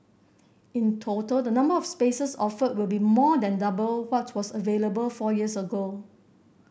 in total the number of spaces offered will be more than double what was available four years ago